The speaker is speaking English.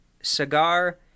cigar